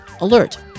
Alert